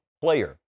player